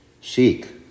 Seek